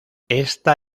esta